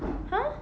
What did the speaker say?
!huh!